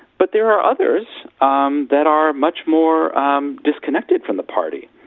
but there are others um that are much more um disconnected from the party.